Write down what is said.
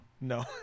No